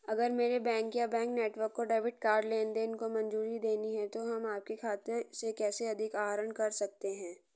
अगर मेरे बैंक या बैंक नेटवर्क को डेबिट कार्ड लेनदेन को मंजूरी देनी है तो हम आपके खाते से कैसे अधिक आहरण कर सकते हैं?